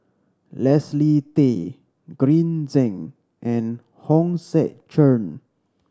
Leslie Tay Green Zeng and Hong Sek Chern